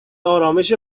آرامش